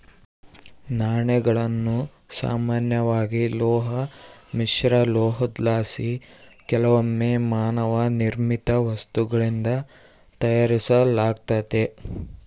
ನಾಣ್ಯಗಳನ್ನು ಸಾಮಾನ್ಯವಾಗಿ ಲೋಹ ಮಿಶ್ರಲೋಹುದ್ಲಾಸಿ ಕೆಲವೊಮ್ಮೆ ಮಾನವ ನಿರ್ಮಿತ ವಸ್ತುಗಳಿಂದ ತಯಾರಿಸಲಾತತೆ